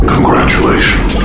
Congratulations